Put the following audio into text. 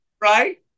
right